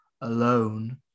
alone